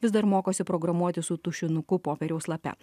vis dar mokosi programuoti su tušinuku popieriaus lape